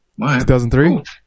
2003